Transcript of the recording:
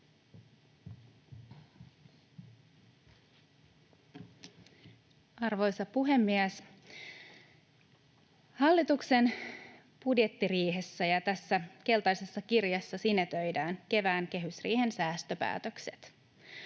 Arvoisa puhemies! Hallituksen budjettiriihessä ja tässä keltaisessa kirjassa sinetöidään kevään kehysriihen säästöpäätökset.